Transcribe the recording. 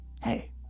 Hey